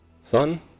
son